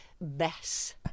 Bess